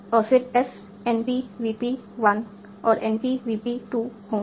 और फिर S NP VP 1 और N P VP 2 होंगे